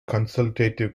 consultative